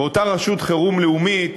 ואותה רשות חירום לאומית